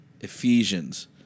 Ephesians